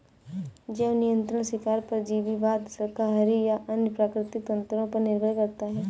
जैव नियंत्रण शिकार परजीवीवाद शाकाहारी या अन्य प्राकृतिक तंत्रों पर निर्भर करता है